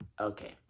Okay